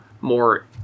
more